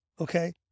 Okay